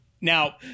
now